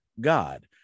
god